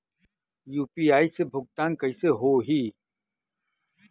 UPI से भुगतान कइसे होहीं?